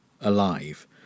alive